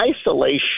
isolation